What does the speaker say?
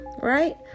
right